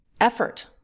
effort